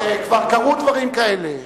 דרך אגב, כבר קרו דברים כאלה.